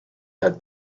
had